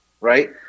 Right